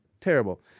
Terrible